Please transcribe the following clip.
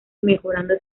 mejorando